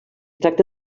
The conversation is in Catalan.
tracta